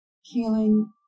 healing